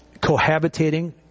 cohabitating